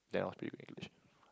they all speak good English